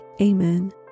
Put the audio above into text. Amen